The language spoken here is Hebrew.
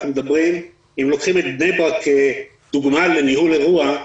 אם לוקחים את בני ברק כדוגמה לניהול אירוע,